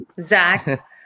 Zach